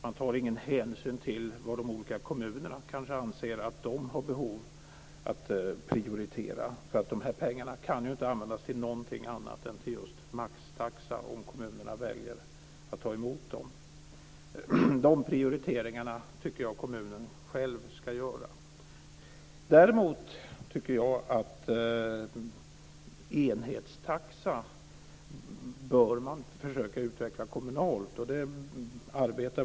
Man tar ingen hänsyn till vad de olika kommunerna anser att de har behov av att prioritera. De här pengarna kan ju inte användas till någonting annat än till just maxtaxa, om kommunerna väljer att ta emot dem. De här prioriteringarna tycker jag att kommunen själv ska göra. Däremot tycker jag att man bör försöka utveckla en enhetstaxa kommunalt.